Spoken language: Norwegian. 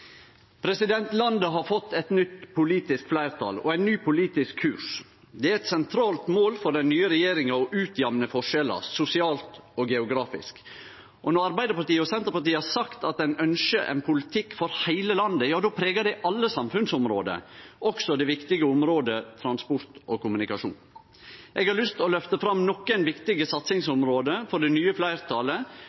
dag. Landet har fått eit nytt politisk fleirtal og ein ny politisk kurs. Det er eit sentralt mål for den nye regjeringa å utjamne forskjellar, sosialt og geografisk. Når Arbeiderpartiet og Senterpartiet har sagt at ein ønskjer ein politikk for heile landet, då pregar det alle samfunnsområde, også det viktige området transport og kommunikasjon. Eg har lyst til å løfte fram nokre viktige satsingsområde for det nye fleirtalet